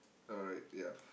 alright ya